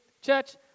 Church